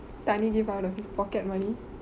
tani give out of his pocket money